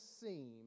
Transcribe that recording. seem